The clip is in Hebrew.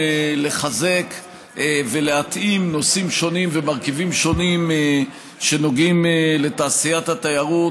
לחזק ולהתאים נושאים שונים ומרכיבים שונים שנוגעים לתעשיית התיירות,